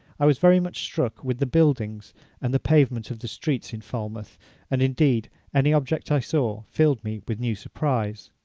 i was very much struck with the buildings and the pavement of the streets in falmouth and, indeed, any object i saw filled me with new surprise.